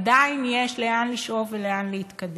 עדיין יש לאן לשאוף ולאן להתקדם.